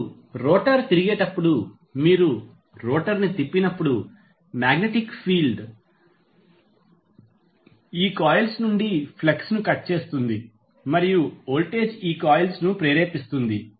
ఇప్పుడు రోటర్ తిరిగేటప్పుడు మీరు రోటర్ ను తిప్పినప్పుడు మాగ్నెటిక్ ఫీల్డ్ ఈ కాయిల్స్ నుండి ఫ్లక్స్ ను కట్ చేస్తుంది మరియు వోల్టేజ్ ఈ కాయిల్స్ ను ప్రేరేపిస్తుంది